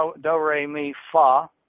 Do-Re-Mi-Fa